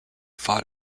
fought